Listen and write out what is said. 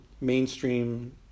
mainstream